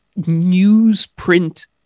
newsprint